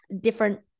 different